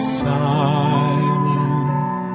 silent